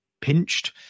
pinched